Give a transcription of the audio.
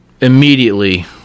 immediately